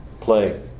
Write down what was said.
play